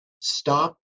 Stop